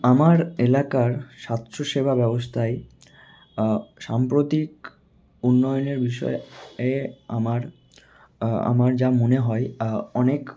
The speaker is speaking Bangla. আমার এলাকার স্বাস্থ্যসেবা ব্যবস্থায় সাম্প্রতিক উন্নয়নের বিষয় এ আমার আমার যা মনে হয় অনেক